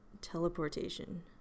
teleportation